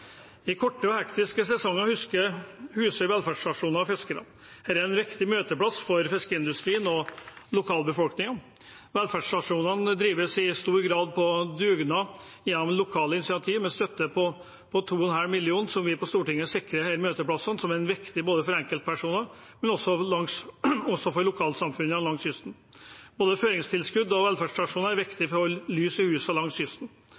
I korte og hektiske sesonger huser velferdsstasjoner fiskerne. Dette er viktige møteplasser for fiskeindustrien og lokalbefolkningen. Velferdsstasjonene drives i stor grad på dugnad gjennom lokale initiativer med en støtte på 2,5 mill. kr, som vi på Stortinget sikrer disse møteplassene med, som er viktige for enkeltpersoner, men også for lokalsamfunnene langs kysten. Både føringstilskudd og velferdsstasjoner er viktig for å beholde lys i husene langs kysten.